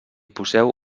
poseu